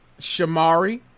Shamari